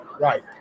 right